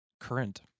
current